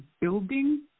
building